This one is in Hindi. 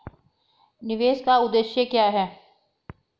निवेश का उद्देश्य क्या है?